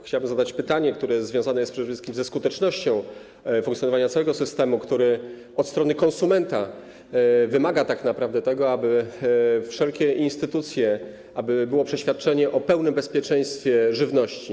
Chciałbym zadać pytanie, które związane jest przede wszystkim ze skutecznością funkcjonowania całego systemu, który od strony konsumenta wymaga tak naprawdę tego, aby wszelkie instytucje... aby było przeświadczenie o pełnym bezpieczeństwie żywności.